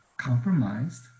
compromised